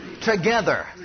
together